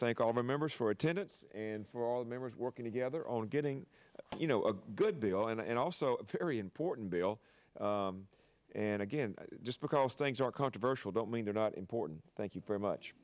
thank all the members for attendance and for all the members working together on getting you know a good deal and also a very important bill and again just because things are controversial don't mean they're not important thank you very much